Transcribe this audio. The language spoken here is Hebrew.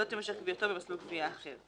לא תימשך גבייתו במסלול גבייה אחר".